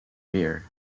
rear